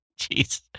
Jeez